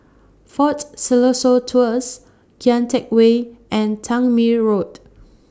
Fort Siloso Tours Kian Teck Way and Tangmere Road